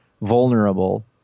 vulnerable